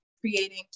creating